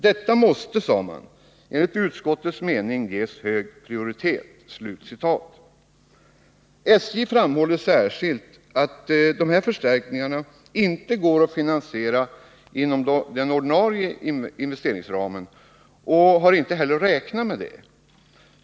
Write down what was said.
Detta måste enligt utskottets mening ges hög prioritet.” SJ framhåller särskilt att dessa förstärkningar inte går att finansiera inom de ordinarie investeringsramarna — och har inte heller räknat med det.